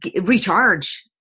recharge